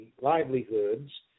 livelihoods